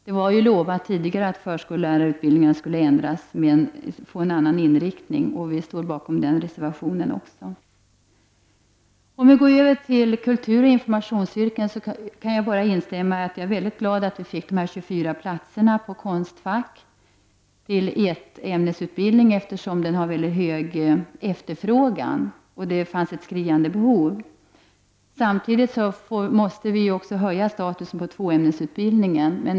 Det har tidigare utlovats att förskollärarutbildningen skulle ändra inriktning. Vi står bakom denna reservation. Så går jag över till kulturoch informationsyrken. Jag är väldigt glad över att antalet platser på Konstfacks ettämnesutbildning utökats med 24, eftersom det finns en hög efterfrågan och ett skriande behov. Samtidigt måste statusen på tvåämnesutbildningen höjas.